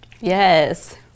Yes